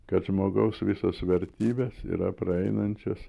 kad žmogaus visos vertybės yra praeinančios